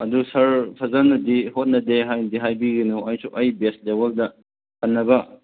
ꯑꯗꯨ ꯁꯥꯔ ꯐꯖꯅꯗꯤ ꯍꯣꯠꯅꯗꯦ ꯍꯥꯏꯗꯤ ꯍꯥꯏꯕꯤꯒꯅꯣ ꯑꯩꯁꯨ ꯑꯩ ꯕꯦꯁ ꯂꯦꯚꯦꯜꯗ ꯐꯅꯕ